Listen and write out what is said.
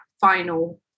final